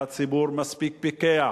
והציבור מספיק פיקח,